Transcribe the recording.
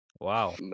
Wow